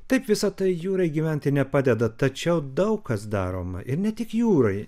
taip visa tai jūrai gyventi nepadeda tačiau daug kas daroma ir ne tik jūrai